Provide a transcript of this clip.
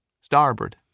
Starboard